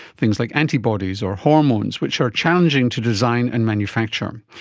things like antibodies or hormones which are challenging to design and manufacture. um